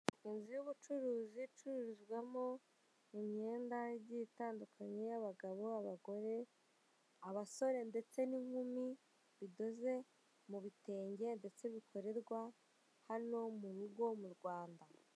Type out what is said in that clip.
Inzu y'ubucuruzi icuruzwamo imyenda igiye itandukanye y'abagabo n'abagore, abasore ndetse n'inkumi, bidoze mu bitenge ndetse bikorerwa hano mu rugo mu Rwanda.